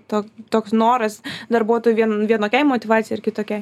to toks noras darbuotojų vien vienokiai motyvacija ir kitokiai